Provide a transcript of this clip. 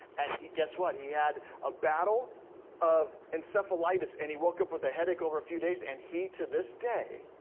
and guess what? he had a battle of encephalitis and he woke up with a headache over a few days and he, to this day,